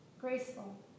graceful